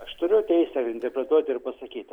aš turiu teisę interpretuoti ir pasakyti